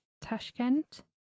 Tashkent